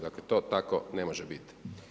Dakle, to tako ne može biti.